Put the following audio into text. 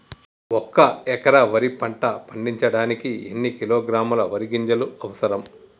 ఒక్క ఎకరా వరి పంట పండించడానికి ఎన్ని కిలోగ్రాముల వరి గింజలు అవసరం?